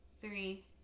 Three